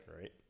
Right